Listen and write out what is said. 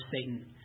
Satan